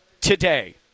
today